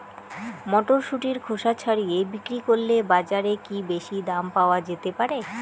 মটরশুটির খোসা ছাড়িয়ে বিক্রি করলে বাজারে কী বেশী দাম পাওয়া যেতে পারে?